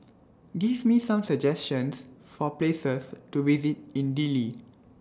Give Me Some suggestions For Places to visit in Dili